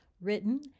written